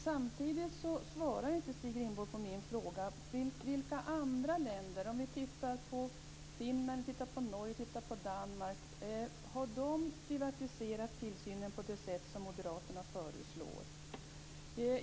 Samtidigt svarar inte Stig Rindborg på min fråga om vilka länder - Finland, Norge eller Danmark - som privatiserat tillsynen på det sätt som moderaterna föreslår.